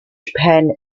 japan